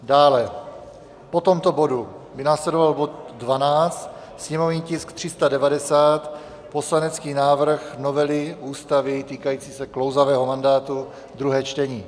Dále po tomto bodu by následoval bod 12, sněmovní tisk 390, poslanecký návrh novely ústavy týkající se klouzavého mandátu, druhé čtení.